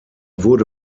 wurde